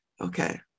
Okay